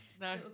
No